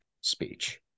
speech